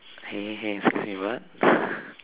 hey hey excuse me what